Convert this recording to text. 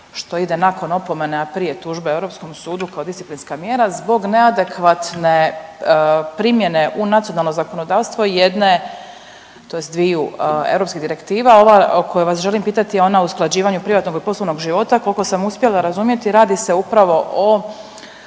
što ide nakon opomene, a prije tužbe europskom sudu kao disciplinska mjera zbog neadekvatne primjene u nacionalno zakonodavstvo jedne tj. dviju europskih direktiva. Ova o kojoj vas želim pitati je ona o usklađivanju privatnog i poslovnog života, koliko sam uspjela razumjeti radi se upravo o